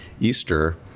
Easter